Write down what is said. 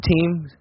team